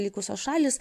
likusios šalys